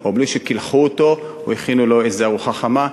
או בלי שקילחו אותו או הכינו לו ארוחה חמה,